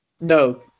No